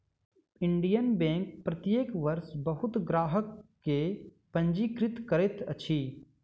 Indian bank प्रत्येक वर्ष बहुत ग्राहक के पंजीकृत करैत अछि